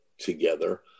together